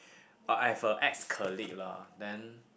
uh I have a ex colleague lah then